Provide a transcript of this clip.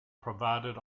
provided